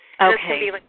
Okay